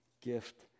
gift